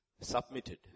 submitted